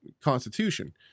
constitution